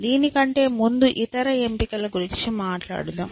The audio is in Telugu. దీని కంటే ముందు ఇతర ఎంపికల గురించి మాట్లాడుదాం